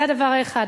זה הדבר האחד.